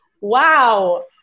Wow